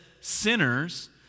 sinners